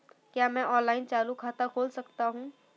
क्या मैं ऑनलाइन चालू खाता खोल सकता हूँ?